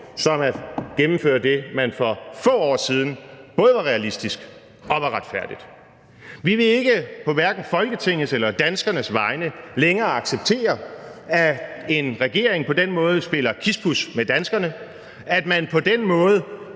som at gennemføre det, man for få år siden sagde var både realistisk og retfærdigt. Vi vil ikke, på hverken Folketingets eller danskernes vegne, længere acceptere, at en regering på den måde spiller kispus med danskerne, og at man på den måde